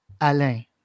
Alain